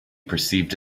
perceived